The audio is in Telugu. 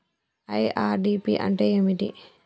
ఐ.ఆర్.డి.పి అంటే ఏమిటి?